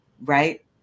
right